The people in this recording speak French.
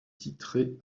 titrés